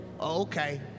okay